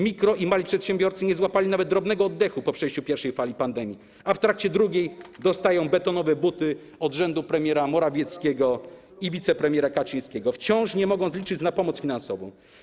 Mikro- i mali przedsiębiorcy nie złapali nawet drobnego oddechu po przejściu pierwszej fali pandemii, a w trakcie drugiej dostają betonowe buty od rządu premiera Morawieckiego i wicepremiera Kaczyńskiego, wciąż nie mogąc liczyć na pomoc finansową.